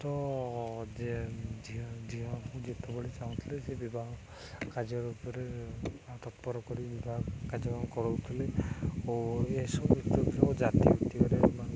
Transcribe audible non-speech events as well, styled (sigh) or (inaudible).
ତ ଯେ ଝିଅ ଝିଅ ଯେତେବେଳେ ଚାହୁଁଥିଲେ ସେ ବିବାହ କାର୍ଯ୍ୟ ରୂପରେ ତତ୍ପର କରି ବିବାହ କାର୍ଯ୍ୟକ୍ରମ କରାଉଥିଲେ ଓ ଏସବୁ ଜାତି (unintelligible)